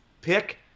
pick